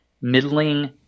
middling